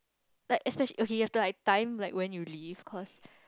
like okay you have to like time like when you leave cause